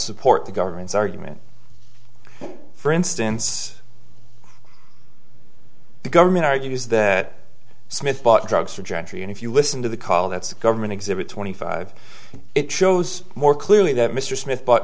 support the government's argument for instance government argues that smith bought drugs for gentry and if you listen to the call that's a government exhibit twenty five it shows more clearly that mr smith b